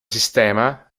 sistema